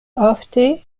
ofte